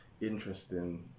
interesting